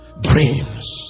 Dreams